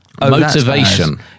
Motivation